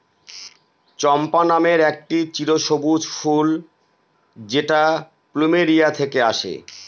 চম্পা নামের একটি চিরসবুজ ফুল যেটা প্লুমেরিয়া থেকে আসে